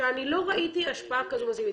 שאני לא ראיתי השפעה כזאת מסיבית.